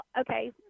okay